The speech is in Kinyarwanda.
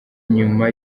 nyuma